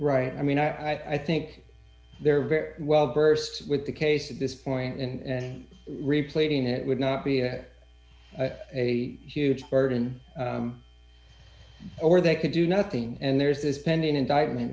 right i mean i think they're very well versed with the case at this point and replating it would not be a huge burden or they could do nothing and there's this pending indictment